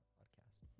podcast